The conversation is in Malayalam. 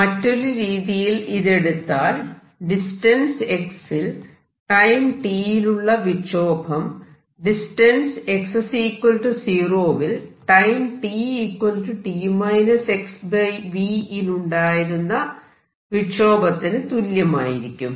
മറ്റൊരു രീതിയിൽ ഇത് എടുത്താൽ ഡിസ്റ്റൻസ് x ൽ ടൈം t യിലുള്ള വിക്ഷോഭം ഡിസ്റ്റൻസ് x 0 വിൽ ടൈം tt xv യിലുണ്ടായിരുന്ന വിക്ഷോഭത്തിനു തുല്യമായിരിക്കും